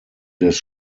des